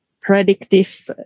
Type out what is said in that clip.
predictive